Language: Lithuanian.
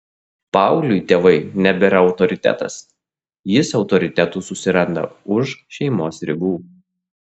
paaugliui tėvai nebėra autoritetas jis autoritetų susiranda už šeimos ribų